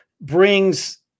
brings